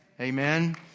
Amen